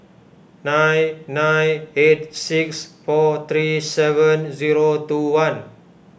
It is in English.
nine nine eight six four three seven zero two one